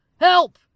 Help